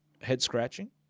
head-scratching